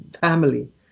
family